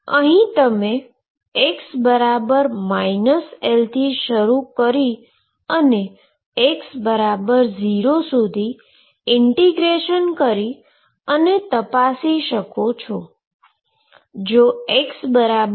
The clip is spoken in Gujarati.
તમે x L થી શરૂ કરી x0 સુધી ઈન્ટીગ્રેશન કરી અને તપાસી શકો છો